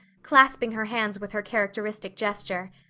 clasping her hands with her characteristic gesture,